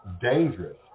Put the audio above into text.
dangerous